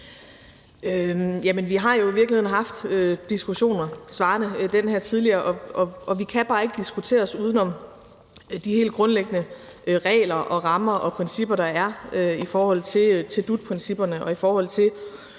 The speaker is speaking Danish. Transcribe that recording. vi har jo i virkeligheden haft diskussioner svarende til den her tidligere, og vi kan bare ikke diskutere os uden om de helt grundlæggende regler og rammer, der er i forhold til dut-principperne, og i forhold til